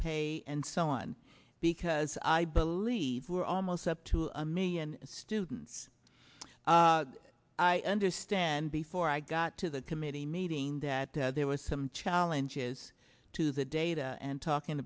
pay and so on because i believe we're almost up to a million students i understand before i got to the committee meeting that there was some challenges to the data and talking